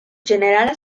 ĝenerala